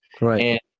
Right